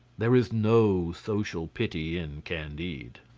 there is no social pity in candide.